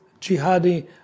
jihadi